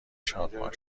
شادمان